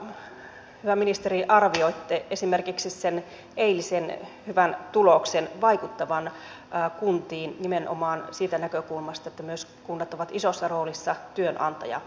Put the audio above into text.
kuinka hyvä ministeri arvioitte esimerkiksi sen eilisen hyvän tuloksen vaikuttavan kuntiin nimenomaan siitä näkökulmasta että myös kunnat ovat isossa roolissa työnantajamarkkinoilla